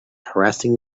harassing